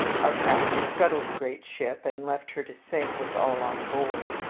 our captain scuttled the great ship and left her to sink with all on board.